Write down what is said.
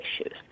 issues